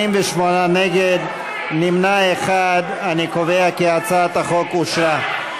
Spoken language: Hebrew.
48 נגד, נמנע אחד, אני קובע כי הצעת החוק אושרה.